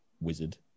wizard